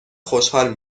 خوشحال